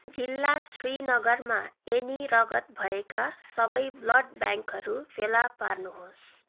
जिल्ला श्रीनगरमा एनी रगत भएका सबै ब्लड ब्याङ्कहरू फेला पार्नुहोस्